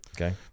Okay